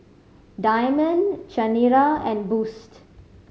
Diamond Chanira and Boost